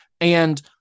And-